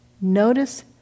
notice